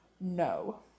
No